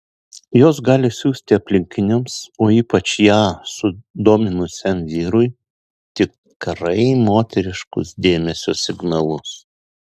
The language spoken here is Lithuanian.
jos gali siųsti aplinkiniams o ypač ją sudominusiam vyrui tikrai moteriškus dėmesio signalus